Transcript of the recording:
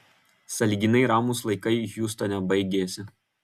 sąlyginai ramūs laikai hjustone baigėsi